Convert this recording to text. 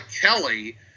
Kelly